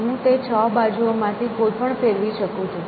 હું તે છ બાજુઓ માંથી કોઈપણ ફેરવી શકું છું